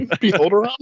beholder